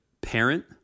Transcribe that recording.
parent